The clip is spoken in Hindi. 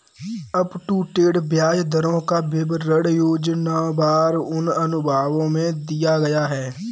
अपटूडेट ब्याज दरों का विवरण योजनावार उन अनुभागों में दिया गया है